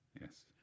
Yes